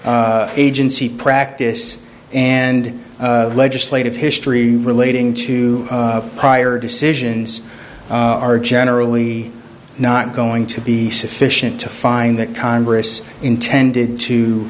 agency practice and legislative history relating to prior decisions are generally not going to be sufficient to find that congress intended to